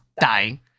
dying